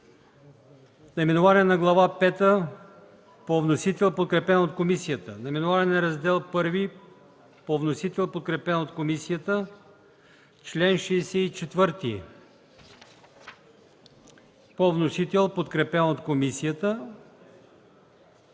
наименованието на Глава пета по вносител, подкрепено от комисията; наименованието на Раздел І по вносител, подкрепено от комисията; чл. 64 по вносител, подкрепен от комисията;